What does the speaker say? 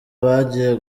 bagiye